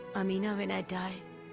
i mean when i die,